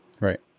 right